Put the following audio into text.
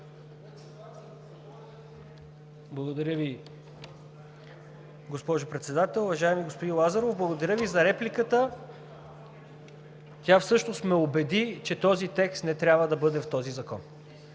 Благодаря Ви, госпожо Председател. Уважаеми господин Лазаров, благодаря Ви за репликата! Тя всъщност ме убеди, че този текст не трябва да бъде в този закон.